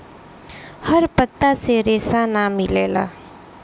हर पत्ता से रेशा ना मिलेला